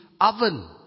oven